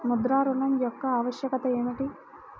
ముద్ర ఋణం యొక్క ఆవశ్యకత ఏమిటీ?